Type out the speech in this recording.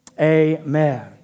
Amen